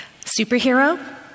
Superhero